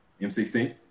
M16